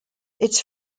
its